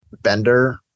bender